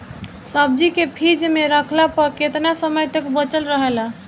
सब्जी के फिज में रखला पर केतना समय तक बचल रहेला?